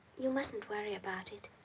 you mustn't worry about it.